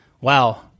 Wow